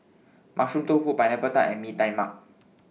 Mushroom Tofu Pineapple Tart and Mee Tai Mak